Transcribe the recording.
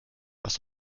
was